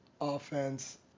offense